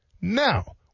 Now